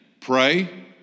pray